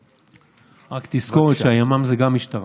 רק תזכור שהימ"מ זה גם משטרה.